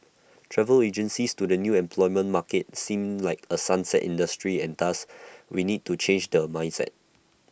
travel agencies to the new employment market seem like A 'sunset' industry and thus we need to change their mindset